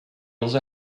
also